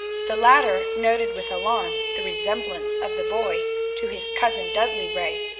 the latter noted with alarm the resemblance of the boy to his cousin dudley ray,